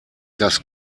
das